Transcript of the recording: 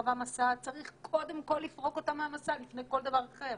שסחבה משא צריך קודם כל לפרוק אותה מהמשא לפני כל דבר אחר,